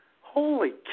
Holy